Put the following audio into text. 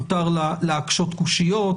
מותר להקשות קושיות,